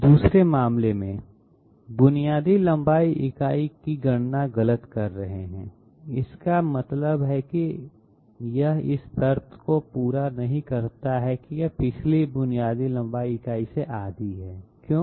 दूसरे मामले में हम बुनियादी लंबाई इकाई की गणना गलत कर रहे हैं इसका मतलब है कि यह इस शर्त को पूरा नहीं करता है कि यह पिछली बुनियादी लंबाई इकाई से आधी है क्यों